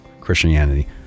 Christianity